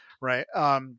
right